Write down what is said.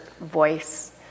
voice